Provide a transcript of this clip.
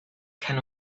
can